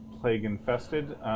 plague-infested